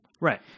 Right